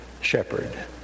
shepherd